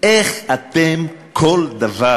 איך אתם, כל דבר